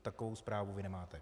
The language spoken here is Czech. Takovou zprávu vy nemáte?